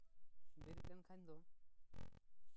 ᱵᱤᱨᱤᱫ ᱞᱮᱱᱠᱷᱟᱱ ᱫᱚ